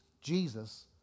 Jesus